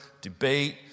debate